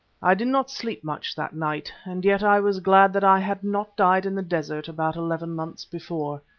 i did not sleep much that night. and yet i was glad that i had not died in the desert about eleven months before.